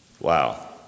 Wow